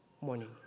morning